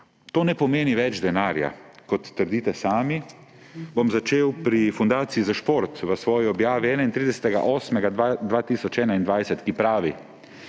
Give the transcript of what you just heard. to ne pomeni več denarja, kot trdite sami. Bom začel pri Fundaciji za šport v njeni objavi 31. 8. 2021, ki pravi: